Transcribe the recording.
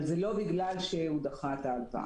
אבל זה לא בגלל שהוא דחה את ההלוואה.